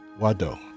wado